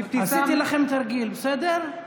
עשיתי לכם תרגיל, בסדר?